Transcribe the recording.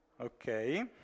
Okay